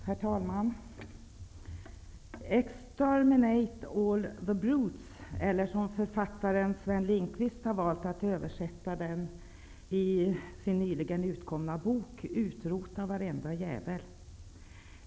Herr talman! ''Exterminate all the brutes'', eller som författaren Sven Lindqvist har valt att översätta det i sin nyligen utkomna bok, ''Utrota varenda jävel''.